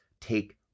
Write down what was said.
take